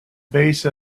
base